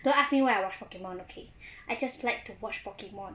don't ask me why I watch pokemon okay I just like to watch pokemon